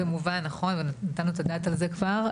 זה מובן, נכון, ונתנו את הדעת על זה כבר.